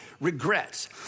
regrets